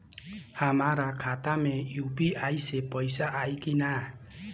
हमारा खाता मे यू.पी.आई से पईसा आई कि ना?